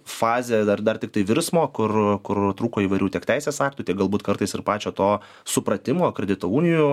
fazė dar dar tiktai virsmo kur kur trūko įvairių tiek teisės aktų galbūt kartais ir pačio to supratimo kredito unijų